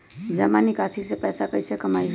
जमा निकासी से पैसा कईसे कमाई होई?